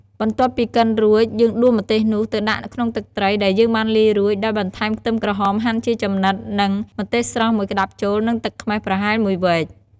បន្ទាប់ពីកិនរួច យើងដួសម្ទេសនោះ ទៅដាក់ក្នុងទឹកត្រីដែលយើងបានលាយរួច ដោយបន្ថែមខ្ទឹមក្រហមហាន់ជាចំណិត និង ម្ទេសស្រស់ មួយក្ដាប់ចូល និងទឹកខ្មេះ ប្រហែលមួយវែក។